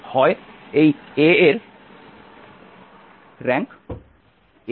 হয় এই A এর র্যাঙ্ক A